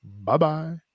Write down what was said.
Bye-bye